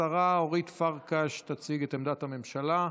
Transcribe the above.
השרה אורית פרקש תציג את עמדת הממשלה.